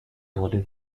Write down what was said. ordered